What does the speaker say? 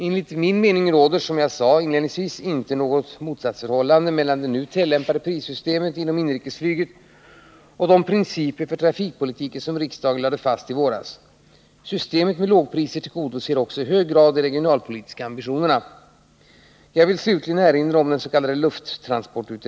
Enligt min mening råder, som jag sade inledningsvis, inte något motsatsförhållande mellan det nu tillämpade prissystemet inom inrikesflyget och de principer för trafikpolitiken som riksdagen lade fast i våras. Systemet med lågpriser Nr 30 tillgodoser också i hög grad de regionalpolitiska ambitionerna. Fredagen den Jag vill slutligen erinra om den s.k. lufttransportutredningen.